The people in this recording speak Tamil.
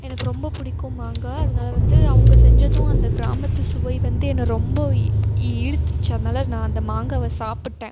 எனக்கு ரொம்ப பிடிக்கும் மாங்காய் அதனால வந்து அவங்க செஞ்சதும் அந்தக் கிராமத்துச் சுவை வந்து என்னை ரொம்ப இழுத்துச்சு அதனால் நான் அந்த மாங்காவை சாப்பிட்டேன்